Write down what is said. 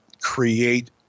create